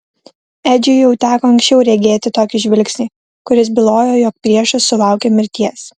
edžiui jau teko anksčiau regėti tokį žvilgsnį kuris bylojo jog priešas sulaukė mirties